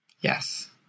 yes